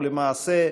ולמעשה,